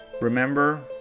Remember